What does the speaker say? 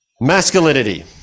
Masculinity